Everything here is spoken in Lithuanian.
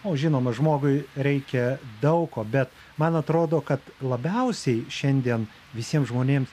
o žinoma žmogui reikia daug ko bet man atrodo kad labiausiai šiandien visiems žmonėms